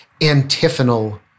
antiphonal